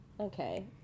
Okay